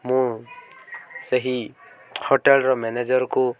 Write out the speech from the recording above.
ମୁଁ ସେହି ହୋଟେଲ୍ର ମ୍ୟାନେଜର୍କୁ